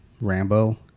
Rambo